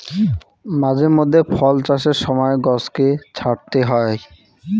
মাঝে মধ্যে ফল চাষের সময় গছকে ছাঁটতে হই